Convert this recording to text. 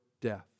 death